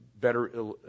better